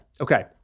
Okay